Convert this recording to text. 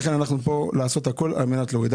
לכן אנחנו פה צריכים לעשות הכול על מנת לעזור להם.